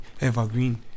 evergreen